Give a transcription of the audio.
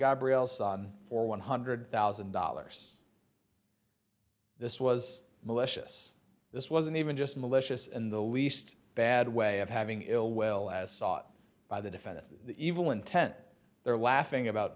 gabrielsson for one hundred thousand dollars this was malicious this wasn't even just malicious in the least bad way of having elwell as sought by the defendant the evil intent there laughing about